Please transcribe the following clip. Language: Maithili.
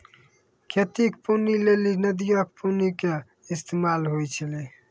खेती के पानी लेली नदीयो के पानी के इस्तेमाल होय छलै